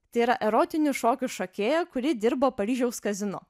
tai yra erotinių šokių šokėja kuri dirbo paryžiaus kazino